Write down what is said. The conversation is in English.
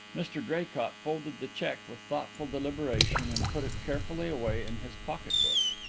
mr draycott folded the cheque with thoughtful deliberation and put it carefully away in his pocket-book.